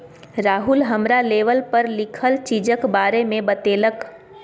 राहुल हमरा लेवल पर लिखल चीजक बारे मे बतेलक